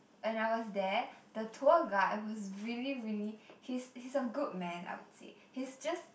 when I was there the tour guide who's really really he's he's a good man I would say he's just